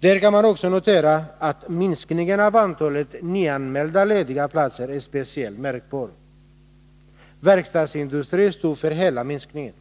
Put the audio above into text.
Där kan man också notera att minskningen av antalet nyanmälda lediga platser är speciellt märkbar. Verkstadsindustrin stod för hela minskningen.